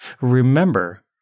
Remember